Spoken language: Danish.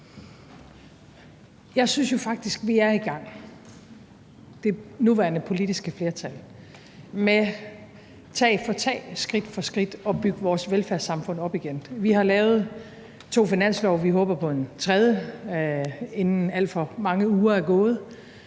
nuværende politiske flertal – med tag for tag, skridt for skridt at bygge vores velfærdssamfund op igen. Vi har lavet to finanslove, og vi håber på en tredje, inden alt for mange uger er gået.